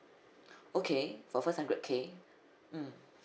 okay for first hundred K mm